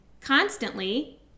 constantly